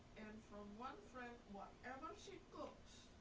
and from one friend, whatever she cooks,